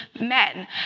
men